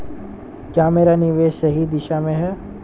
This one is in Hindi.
क्या मेरा निवेश सही दिशा में है?